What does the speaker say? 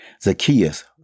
Zacchaeus